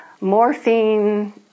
morphine